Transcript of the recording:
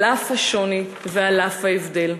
על אף השוני ועל אף ההבדל.